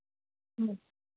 ம்